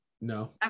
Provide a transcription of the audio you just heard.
No